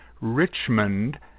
Richmond